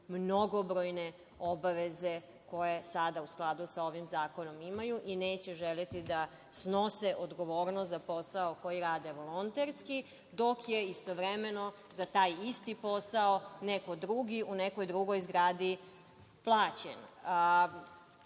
mnogobrojne obaveze koje sada u skladu sa ovim zakonom imaju i neće želeti da snose odgovornost za posao koji rade volonterski dok je istovremeno za taj isti posao neko drugi, u nekoj drugoj zgradi plaćen. Pitali